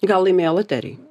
gal laimėjo loterijoj